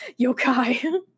Yokai